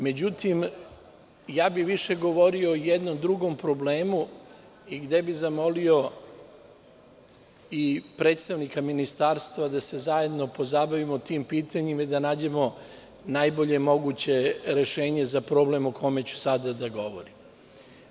Međutim, više bih govorio o jednom drugom problemu i gde bih zamolio i predstavnika ministarstva da se zajedno pozabavimo tim pitanjima i da nađemo najbolje moguće rešenje za problem o kome ću sada da govorim.